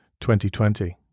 2020